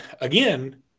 again